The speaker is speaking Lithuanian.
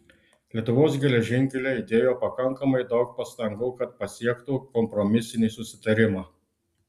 lietuvos geležinkeliai įdėjo pakankamai daug pastangų kad pasiektų kompromisinį susitarimą